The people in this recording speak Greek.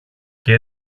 και